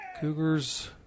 Cougars